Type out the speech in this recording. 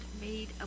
made